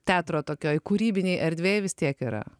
teatro tokioj kūrybinėj erdvėj vis tiek yra